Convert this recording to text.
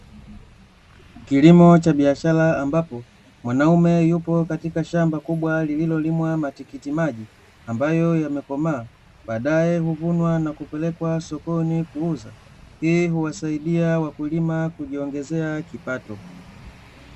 Kilimo cha biashara, ambapo mwanaume yupo katika shamba kubwa lililolimwa matikiti maji ambayo yamekomaa, baadae huvunwa na kupelekwa sokoni kuuza, hii huwasaidia wakulima kujiongezea kipato.